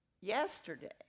yesterday